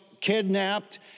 kidnapped